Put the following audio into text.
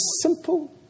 simple